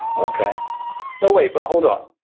ok. no wait, but hold on.